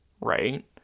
right